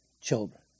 children